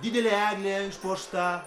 didelė eglė išpuošta